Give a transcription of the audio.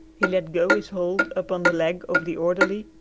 he let go his hold upon the leg of the orderly,